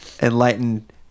enlightened